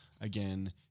again